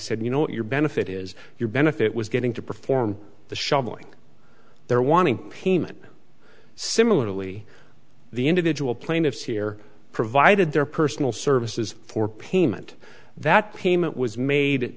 said you know what your benefit is your benefit was getting to perform the shoveling they're wanting payment similarly the individual plaintiffs here provided their personal services for payment that payment was made it